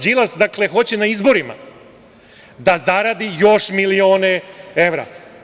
Đilas hoće na izborima da zarade još milione evra.